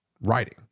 Writing